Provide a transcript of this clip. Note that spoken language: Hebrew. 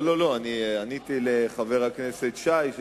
לא, אני עניתי לחבר הכנסת שי.